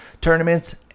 Tournaments